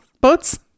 boats